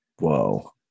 Whoa